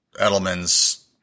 Edelman's